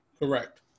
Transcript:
Correct